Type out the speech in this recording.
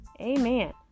Amen